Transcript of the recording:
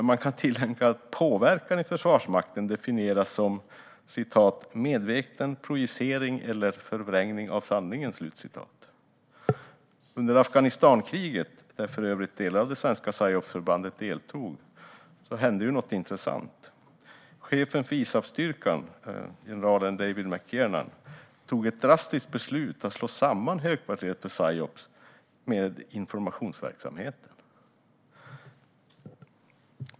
Man kan tillägga att påverkan i Försvarsmakten definieras som en "medveten projicering eller förvrängning av sanningen". Under Afghanistankriget, där för övrigt delar av det svenska psyopsförbandet deltog, hände det något intressant. Chefen för ISAF-styrkan, generalen David McKiernan, tog ett drastiskt beslut att slå samman högkvarteret för psyops med informationsverksamheten.